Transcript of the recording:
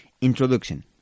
Introduction